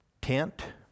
tent